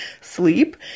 sleep